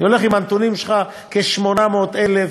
כ-800,000